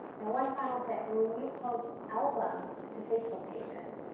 now one final tip. when you post albums to facebook pages,